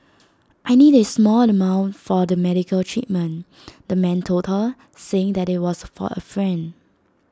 I need A small amount for the medical treatment the man told her saying that IT was for A friend